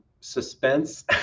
suspense